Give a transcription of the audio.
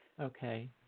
Okay